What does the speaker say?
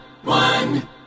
One